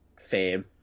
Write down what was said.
fame